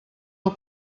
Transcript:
del